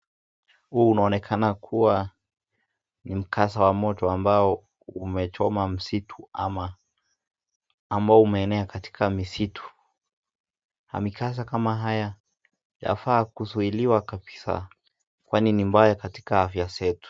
Unaonekana kuwa ni mkasa wa moto ambao umechoma msitu ama ambao umeenea katika msitu. Mikasa kama haya yafaa kuzuliwa kabisa kwani ni mbaya katika afya zetu.